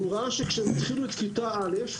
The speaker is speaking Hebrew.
הוא ראה כשהם התחילו את כיתה א',